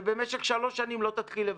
ובמשך חמש שנים לא תתחיל לבצע.